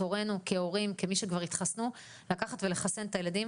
תורנו כהורים וכמי שכבר התחסנו - לקחת ולחסן את הילדים.